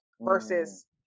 versus